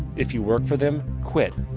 if you work for them, quit.